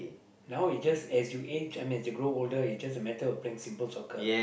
now is just as you age I mean you grow older it's just a matter of playing simple soccer